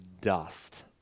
dust